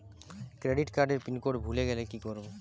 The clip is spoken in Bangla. ক্রেডিট কার্ডের পিনকোড ভুলে গেলে কি করব?